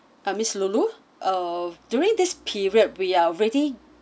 uh miss lulu uh during this period we are really